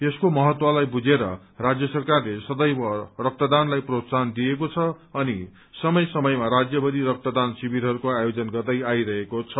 यसको महत्वलाई बुझेर राज्य सरकारले सदैव रक्तदानलाई प्रोत्साहन दिएको छ अनि समय समयमा राज्यभरि रक्तदान शिविरहरूको आयोजन गर्दै आइरहेको छ